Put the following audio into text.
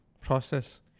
process